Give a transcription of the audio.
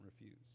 refuse